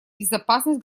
безопасность